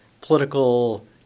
political